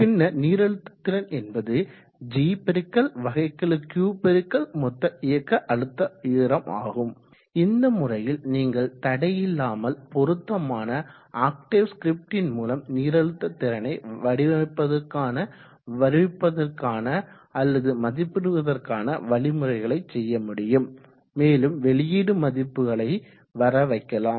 பின்னர் நீரழுத்த திறன் என்பது g பெருக்கல் வகைக்கெழு Q பெருக்கல் மொத்த இயக்க அழுத்த உயரம் ஆகும் இந்த முறையில் நீங்கள் தடையில்லாமல் பொருத்தமான ஆக்டேவ் ஸ்கிரிப்ட்டின் மூலம் நீரழுத்த திறனை வடிவமைப்பிற்கான வருவிப்பதற்கான அல்லது மதிப்பிடுவதற்கான வழிமுறைகளை செய்ய முடியும் மேலும் வெளியீடு மதிப்புகளை வரவைக்கலாம்